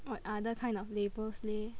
what other kind of labels leh